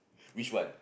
which one